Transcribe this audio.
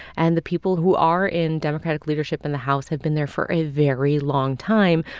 and the people who are in democratic leadership in the house have been there for a very long time,